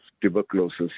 tuberculosis